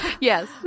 Yes